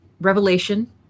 Revelation